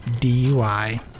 DUI